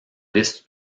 liste